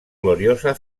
gloriosa